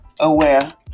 aware